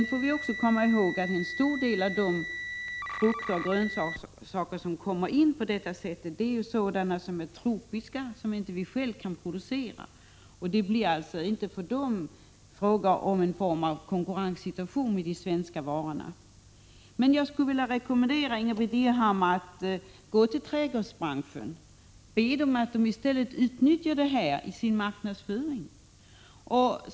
Vi får också komma ihåg att en stor mängd av den frukt och de grönsaker som kommer in i landet på detta sätt är tropiska produkter, alltså produkter som vi inte själva kan producera. Det blir då inte fråga om en konkurrenssituation i förhållande till de svenska varorna. Men jag skulle vilja rekommendera Ingbritt Irhammar att gå till trädgårdsbranschen och be dess företrädare att utnyttja dessa omständigheter i sin marknadsföring.